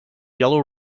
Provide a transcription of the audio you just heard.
yellow